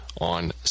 on